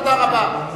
תודה רבה.